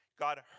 God